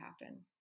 happen